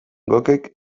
goghek